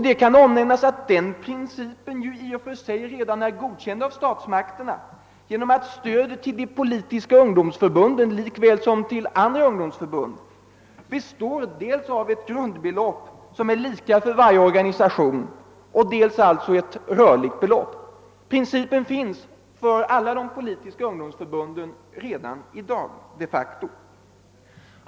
Det kan nämnas att den principen i och för sig redan är erkänd av statsmakterna genom att stödet till de politiska ungdomsförbunden liksom till andra ungdomsförbund består av dels ett grundbelopp som är lika för varje organisation, dels ett rörligt belopp. Principen tillämpas de facto alltså redan för de politiska ungdomsförbunden.